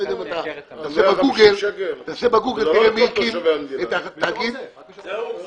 תנסה בגוגל, תראה מי הקים את התאגיד,